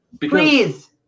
Please